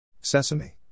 Sesame